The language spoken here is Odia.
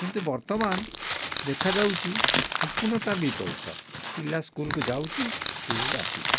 କିନ୍ତୁ ବର୍ତ୍ତମାନ ଦେଖାଯାଉଛି ସମ୍ପୂର୍ଣ୍ଣ ତା ବିପରୀତ ପିଲା ସ୍କୁଲକୁ ଯାଉଛି ସ୍କୁଲରୁ ଆସୁଛି